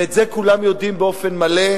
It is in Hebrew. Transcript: ואת זה כולם יודעים באופן מלא,